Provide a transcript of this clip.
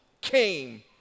came